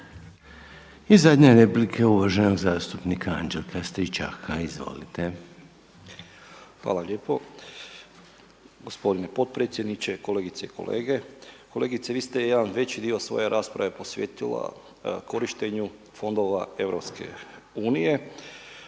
I zadnja replika je uvaženog zastupnika Anđelka Stričaka, izvolite. **Stričak, Anđelko (HDZ)** Hvala lijepo. Gospodine potpredsjedniče, kolegice i kolege. Kolegice vi ste jedan veći dio svoje rasprave posvetila korištenju fondova EU,